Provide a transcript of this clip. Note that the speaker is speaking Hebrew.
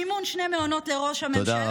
מימון שני מעונות לראש הממשלה,